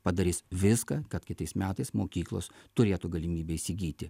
padarys viską kad kitais metais mokyklos turėtų galimybę įsigyti